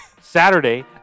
Saturday